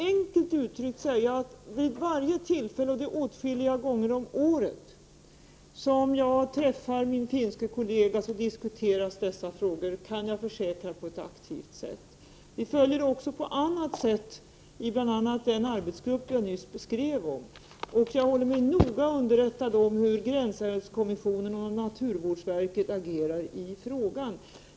Enkelt uttryckt kan jag säga att vid varje tillfälle, och det är åtskilliga gånger om året, som jag träffar min finske kollega diskuteras dessa frågor på ett, kan jag försäkra, aktivt sätt. Vi följer dessa frågor också på annat sätt, i bl.a. den arbetsgrupp som jag nyss beskrev. Jag håller mig noga underrättad om hur gränsälvskommissionen och naturvårdsverket agerar i frågan.